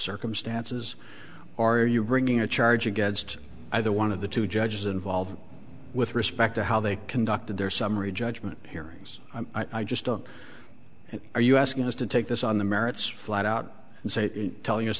circumstances are you bringing a charge against either one of the two judges involved with respect to how they conducted their summary judgment hearings i just don't know are you asking us to take this on the merits flat out and say tell